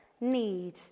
need